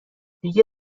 دیگه